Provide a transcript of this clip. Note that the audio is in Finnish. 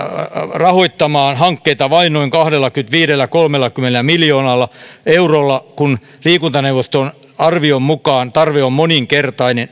rahoittamaan hankkeita vain noin kahdellakymmenelläviidellä viiva kolmellakymmenellä miljoonalla eurolla kun liikuntaneuvoston arvion mukaan tarve on moninkertainen